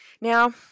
Now